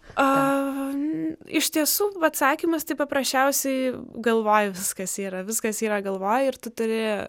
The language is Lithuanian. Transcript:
a iš tiesų atsakymas tai paprasčiausiai galvoj viskas yra viskas yra galvoj ir tu turi